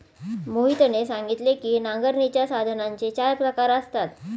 मोहितने सांगितले की नांगरणीच्या साधनांचे चार प्रकार असतात